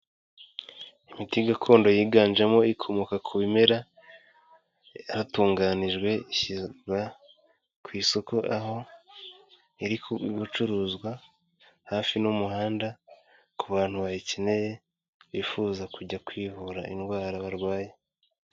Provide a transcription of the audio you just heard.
Imiti gakondo yiganjemo ikomoka ku bimera, yatunganijwe ishyirwa ku isoko aho iri gucuruzwa hafi n'umuhanda ku bantu bayikeneye bifuza kujya kwivura indwara barwaye.